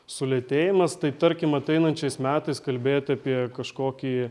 sulėtėjimas tai tarkim ateinančiais metais kalbėt apie kažkokį